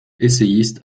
essayiste